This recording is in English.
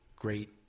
great